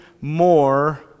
more